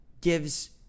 gives